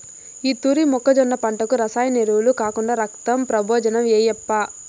ఈ తూరి మొక్కజొన్న పంటకు రసాయన ఎరువులు కాకుండా రక్తం ప్రబోజనం ఏయప్పా